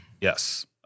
Yes